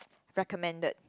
recommended